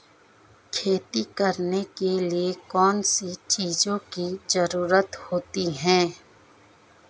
खेती करने के लिए कौनसी चीज़ों की ज़रूरत होती हैं?